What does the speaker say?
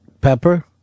Pepper